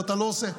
ואתה לא עושה.